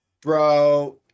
Bro